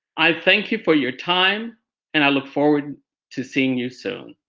i thank you for your time and i look forward to seeing you soon.